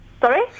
Sorry